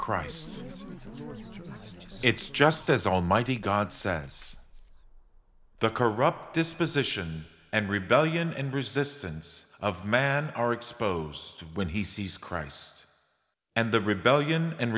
christ it's just as almighty god says the corrupt disposition and rebellion and resistance of man are exposed when he sees christ and the rebellion and